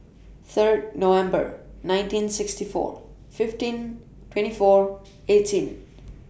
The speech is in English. Third November nineteen sixty four fifteen twenty four eighteen